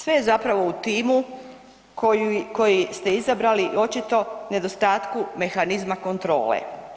Sve je zapravo u timu koji ste izabrali i očito nedostatku mehanizma kontrole.